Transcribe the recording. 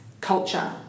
culture